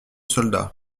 soldat